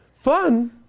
Fun